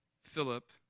Philip